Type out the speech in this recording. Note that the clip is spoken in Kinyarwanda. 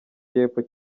y’epfo